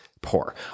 poor